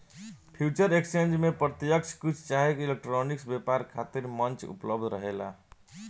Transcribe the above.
future exchange में प्रत्यकछ चाहे इलेक्ट्रॉनिक व्यापार खातिर मंच उपलब्ध रहेला